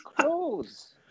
clothes